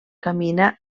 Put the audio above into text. camina